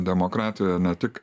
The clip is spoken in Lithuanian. demokratija ne tik